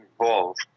involved